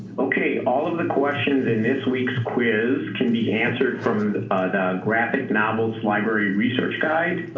ok, all of the questions in this week's quiz can be answered from the but graphic novels library research guide